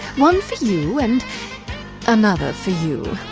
one for you and another for you,